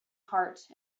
heart